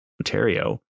Ontario